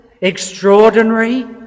extraordinary